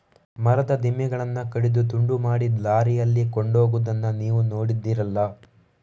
ಮರದ ದಿಮ್ಮಿಗಳನ್ನ ಕಡಿದು ತುಂಡು ಮಾಡಿ ಲಾರಿಯಲ್ಲಿ ಕೊಂಡೋಗುದನ್ನ ನೀವು ನೋಡಿದ್ದೀರಲ್ಲ